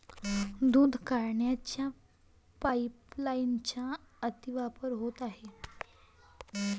दूध काढण्याच्या पाइपलाइनचा अतिवापर होत आहे